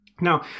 Now